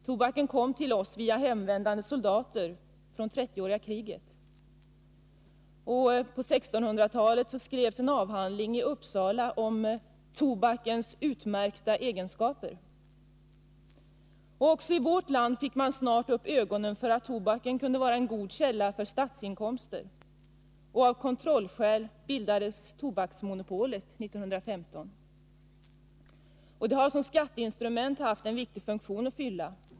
Den kom till oss via hemvändande soldater i 30-åriga kriget. På 1600-talet skrevs en avhandling i Uppsala ”om tobakens utmärkta egenskaper”. Även i Sverige fick man snart upp ögonen för att tobaken kunde vara en god källa till statsinkomster. Av kontrollskäl bildades Tobaksmonopolet 1915. Som skatteinstrument har det haft en viktig funktion att fylla.